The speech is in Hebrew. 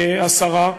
השרה.